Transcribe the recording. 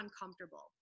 uncomfortable